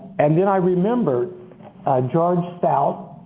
and then i remembered george stout